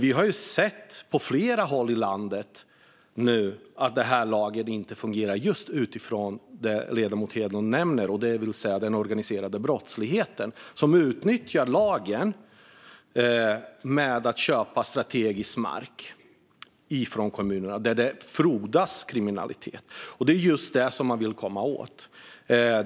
Vi har nu sett på flera håll i landet att lagstiftningen inte fungerar utifrån det ledamoten Hedlund nämner. Den organiserade brottsligheten utnyttjar lagen genom att köpa strategisk mark från kommunerna. Där frodas kriminalitet. Det är just det som man vill komma åt.